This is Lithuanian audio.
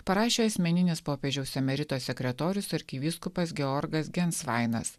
parašė asmeninis popiežiaus emerito sekretorius arkivyskupas georgas gensvainas